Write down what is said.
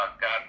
God